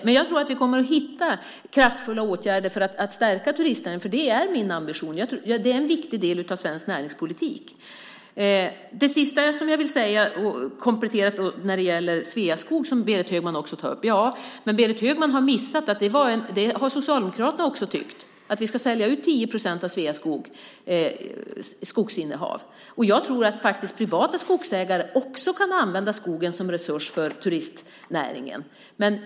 Men jag tror att vi kommer att hitta kraftfulla åtgärder för att stärka turistnäringen. Det är min ambition. Det är en viktig del av svensk näringspolitik. Det sista jag vill säga och komplettera vad gäller Sveaskog, som Berit Högman tar upp, är att Berit Högman har missat att också Socialdemokraterna har tyckt att vi ska sälja ut 10 procent av Sveaskogs skogsinnehav. Jag tror att privata skogsägare också kan använda skogen som resurs för turistnäringen.